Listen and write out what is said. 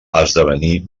esdevenir